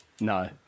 No